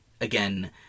again